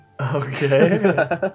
Okay